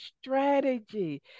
strategy